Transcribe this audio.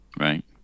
Right